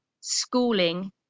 schooling